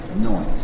noise